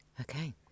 Okay